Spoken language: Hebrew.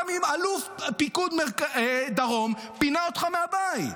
גם אם אלוף פיקוד דרום פינה אותך מהבית,